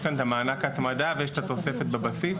יש את מענק ההתמדה ויש את התוספת לבסיס,